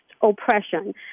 oppression